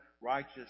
righteous